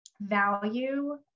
value